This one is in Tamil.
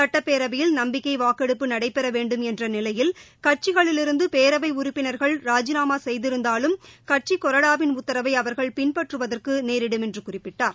சட்டப்பேரவையில் நம்பிக்கைவாக்கெடுப்பு நடைபெறவேண்டும் என்றநிலையில் கட்சிகளிலிருந்தபேரவைஉறுப்பினர்கள் ராஜிநாமாசெய்திருந்தாலும் கட்சிக் கொறடாவின் உத்தரவைஅவர்கள் பின்பற்றுவதற்குநேரிடும் என்றுகுறிப்பிட்டார்